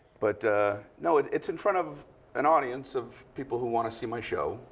but no, it's in front of an audience of people who want to see my show.